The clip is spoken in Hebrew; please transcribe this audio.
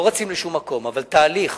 לא רצים לשום מקום, אבל תהליך,